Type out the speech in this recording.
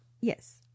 Yes